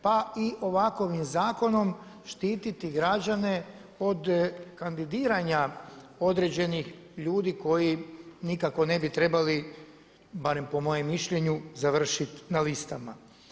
Pa i ovakvim zakonom štiti građane od kandidiranja određenih ljudi koji nikako ne bi trebali, barem po mom mišljenju završiti na listama.